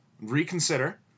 reconsider